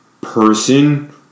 Person